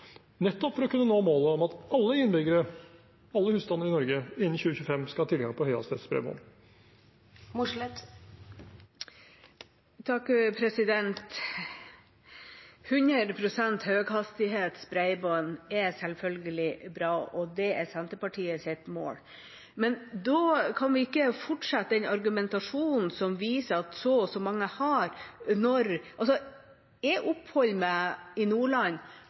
nettopp for å kunne nå målet om at alle innbyggere, alle husstander i Norge, innen 2025 skal ha tilgang på høyhastighetsbredbånd. 100 pst. høyhastighetsbredbånd er selvfølgelig bra, og det er Senterpartiets mål. Men da kan vi ikke fortsette den argumentasjonen som viser at så og så mange har. Jeg oppholder meg ofte på plasser i Nordland